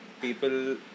people